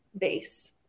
base